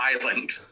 Island